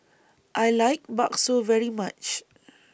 I like Bakso very much